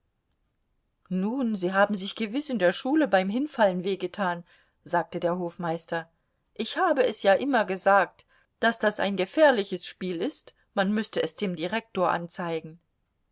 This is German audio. nun sie haben sich gewiß in der schule beim hinfallen weh getan sagte der hofmeister ich habe es ja immer gesagt daß das ein gefährliches spiel ist man müßte es dem direktor anzeigen